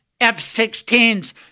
F-16s